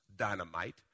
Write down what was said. Dynamite